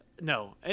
no